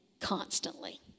constantly